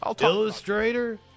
Illustrator